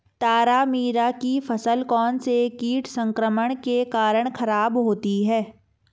तारामीरा की फसल कौनसे कीट संक्रमण के कारण खराब होती है?